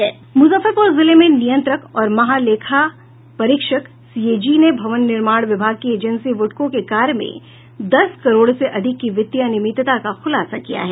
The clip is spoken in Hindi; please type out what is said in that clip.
मुजफ्फरपुर जिले में नियंत्रक और महालेखा परीक्षक सीएजी ने भवन निर्माण विभाग की एजेंसी ब्रडको के कार्य में दस करोड़ से अधिक की वित्तीय अनियमितता का खुलासा किया है